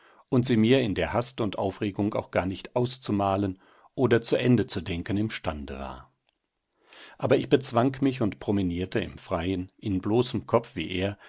und sie mir in der hast und aufregung auch gar nicht auszumalen oder zu ende zu denken imstande war aber ich bezwang mich und promenierte im freien in bloßem kopf wie er